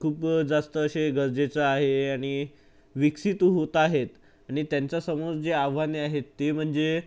खूप जास्त असे गरजेचं आहे आणि विकसित होत आहेत आणि त्यांच्यासमोर जे आव्हाने आहेत ते म्हणजे